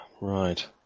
Right